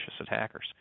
attackers